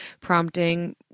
prompting